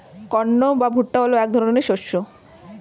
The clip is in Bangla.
কর্ন বা ভুট্টা হলো এক ধরনের শস্য